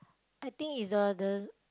I think is the the